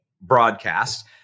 broadcast